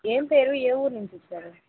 ఏం పేరు ఏ ఊరి నుంచి వచ్చారు